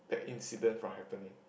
that incident for happening